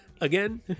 again